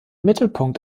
mittelpunkt